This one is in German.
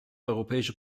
europäische